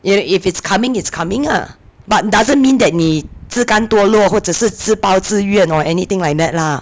you know if it's coming it's coming ah but doesn't mean that 你自甘堕落或者是自抱自怨 or anything like that lah